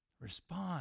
respond